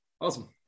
Awesome